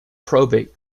probate